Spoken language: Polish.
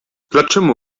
dlaczemu